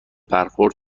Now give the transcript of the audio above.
برخورد